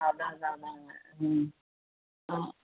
அதான் அதான் அதாங்க ம் ஆ